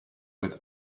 with